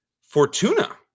Fortuna